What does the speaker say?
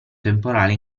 temporale